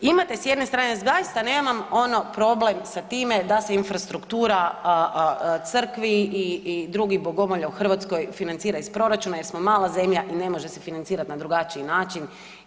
Imate s jedne strane, zaista nemam ono problem s time da se infrastruktura crkvi i drugih bogomolja u Hrvatskoj financira iz proračuna jer smo mala zemlja i ne može se financirati na drugačiji način.